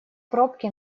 пробки